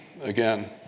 again